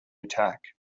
attack